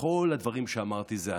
לכל הדברים שאמרתי זה עתה,